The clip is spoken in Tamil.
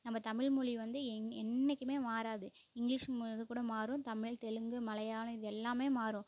நம்ம தமில்மொழி வந்து எங் என்றைக்கிமே மாறாது இங்க்லீஷ் மொ இது கூட மாறும் தமிழ் தெலுங்கு மலையாளம் இது எல்லாமே மாறும்